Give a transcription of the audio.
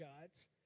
gods